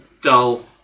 dull